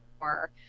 more